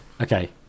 Okay